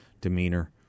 demeanor